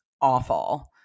awful